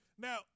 Now